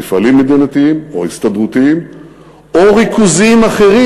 מפעלים מדינתיים או הסתדרותיים או ריכוזים אחרים,